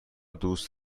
دوست